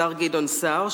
השר גדעון סער,